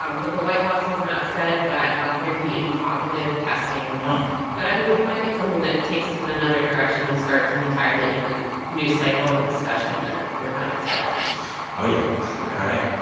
um but the white house has not said that um there'd be any cognitive testing oh. ok but, i mean, we might get something that takes us in another direction and starts an entirely different news cycle and discussion that we're not expecting oh, yeah yeah all right.